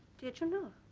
did you know?